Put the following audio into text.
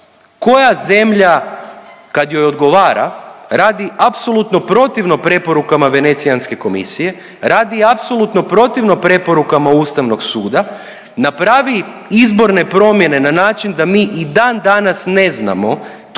Koja zemlja kad joj odgovara radi apsolutno protivno preporukama Venecijanske komisije, radi apsolutno protivno preporukama Ustavnog suda, napravi izborne promjene na način da mi i dan danas ne znamo